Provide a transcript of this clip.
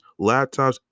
laptops